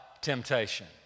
temptation